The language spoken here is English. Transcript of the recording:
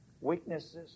Weaknesses